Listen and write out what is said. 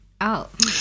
out